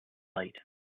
light